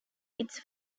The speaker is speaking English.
its